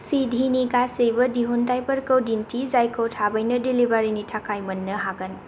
सिधिनि गासैबो दिहुनथाइफोरखौ दिन्थि जायखौ थाबैनो डिलिभारिनि थाखाय मोननो हागोन